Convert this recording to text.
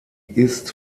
ist